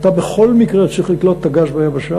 אתה בכל מקרה צריך לקלוט את הגז ביבשה